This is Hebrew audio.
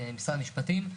משרד המשפטים.